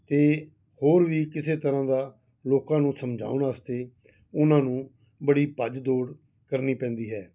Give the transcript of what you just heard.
ਅਤੇ ਹੋਰ ਵੀ ਕਿਸੇ ਤਰ੍ਹਾਂ ਦਾ ਲੋਕਾਂ ਨੂੰ ਸਮਝਾਉਣ ਵਾਸਤੇ ਉਨ੍ਹਾਂ ਨੂੰ ਬੜੀ ਭੱਜ ਦੌੜ ਕਰਨੀ ਪੈਂਦੀ ਹੈ